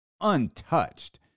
untouched